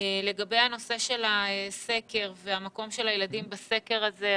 לגבי נושא הסקר ומקום הילדים בסקר הזה,